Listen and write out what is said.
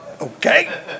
Okay